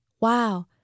wow